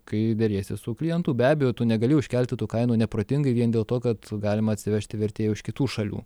kai deriesi su klientu be abejo tu negali užkelti tų kainų neprotingai vien dėl to kad galima atsivežti vertėjų iš kitų šalių